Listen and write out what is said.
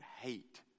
hate